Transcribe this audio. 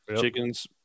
chickens